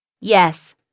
Yes